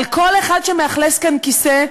על כל אחד שמאכלס כאן כיסא,